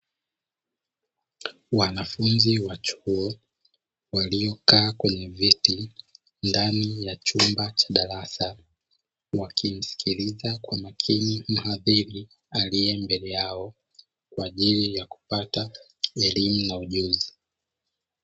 Wanafunzi wa chuo waliokaa kwenye viti ndani ya chumba cha darasa wakimsikiliza kwa makini mhadhiri aliye mbele yao kwa ajili ya kupata elimu na ujuzi.